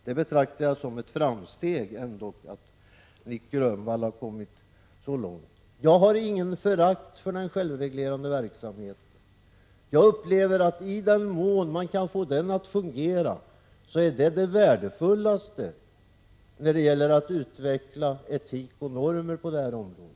Jag betraktar det som ett framsteg att han ändock har kommit så här långt. Jag hyser inget förakt för den självreglerande verksamheten. Jag upplever att i den mån den kan fås att fungera är det vad som är mest värdefullt när det gäller att utveckla etik och normer på detta område.